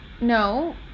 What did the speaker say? no